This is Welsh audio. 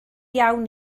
iawn